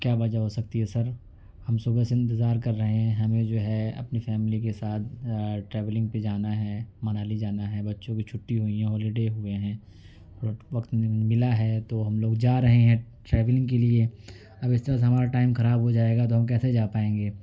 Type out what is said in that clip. کیا وجہ ہو سکتی ہے سر ہم صبح سے انتظار کر رہے ہیں ہمیں جو ہے اپنی فیملی کے ساتھ ٹریولنگ پہ جانا ہے منالی جانا ہے بچوں کی چھٹی ہوئی ہیں ہالی ڈے ہوئے ہیں تو وقت ملا ہے تو ہم لوگ جا رہے ہیں ٹریولنگ کے لیے اب اس طرح سے ہمارا ٹائم خراب ہو جائے گا تو ہم کیسے جا پائیں گے